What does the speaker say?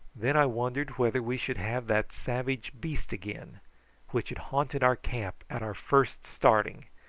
then i wondered whether we should have that savage beast again which had haunted our camp at our first starting,